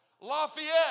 Lafayette